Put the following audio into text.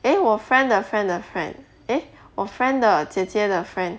eh 我 friend 的 friend 的 friend eh 我 friend 的姐姐的 friend